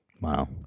Wow